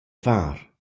far